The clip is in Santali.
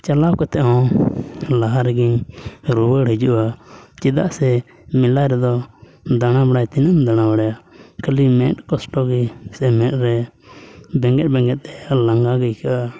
ᱪᱟᱞᱟᱣ ᱠᱟᱛᱮᱫ ᱦᱚᱸ ᱞᱟᱦᱟ ᱨᱮᱜᱮ ᱨᱩᱣᱟᱹᱲ ᱦᱤᱡᱩᱜᱼᱟ ᱪᱮᱫᱟᱜ ᱥᱮ ᱢᱮᱞᱟ ᱨᱮᱫᱚ ᱫᱟᱲᱟᱵᱟᱲᱟ ᱛᱤᱱᱟᱹᱢ ᱫᱟᱲᱟᱵᱟᱲᱟᱭᱟ ᱠᱷᱟᱹᱞᱤ ᱢᱮᱫ ᱠᱚᱥᱴᱚ ᱜᱮ ᱥᱮ ᱢᱮᱫ ᱨᱮ ᱵᱮᱸᱜᱮᱫ ᱵᱮᱸᱜᱮᱫᱛᱮ ᱞᱟᱜᱟ ᱜᱮ ᱟᱹᱭᱠᱟᱹᱜᱼᱟ